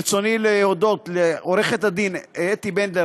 ברצוני להודות לעורכת הדין אתי בנדלר,